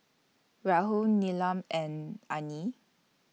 Rahul Neelam and Anil